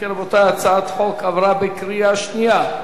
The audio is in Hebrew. אם כן, רבותי, הצעת החוק עברה בקריאה שנייה.